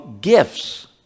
gifts